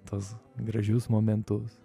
tuos gražius momentus